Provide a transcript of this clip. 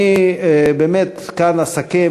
אני כאן אסכם,